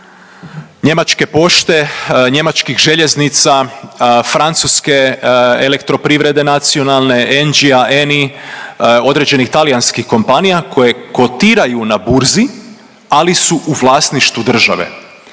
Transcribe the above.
njemačke pošte, njemačkih željeznica, francuske elektroprivrede nacionalne, NGA ENI, određenih talijanskih kompanija koje kotiraju na burzi ali su u vlasništvu države.